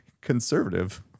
conservative